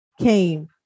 came